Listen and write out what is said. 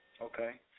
Okay